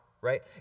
right